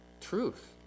Truth